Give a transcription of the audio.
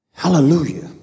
hallelujah